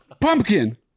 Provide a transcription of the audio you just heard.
pumpkin